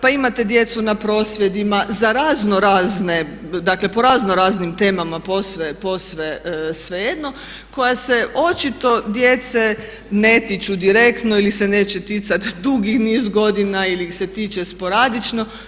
Pa imate djecu na prosvjedima, za razno razne, po razno raznim temama posve svejedno koja se očito djece ne tiču direktno ili se neće ticati dugi niz godina ili ih se tiče sporadično.